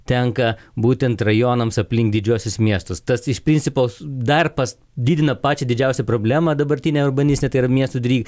tenka būtent rajonams aplink didžiuosius miestus tas iš principo dar pas didina pačią didžiausią problemą dabartinę urbanistinę tai yra miesto dri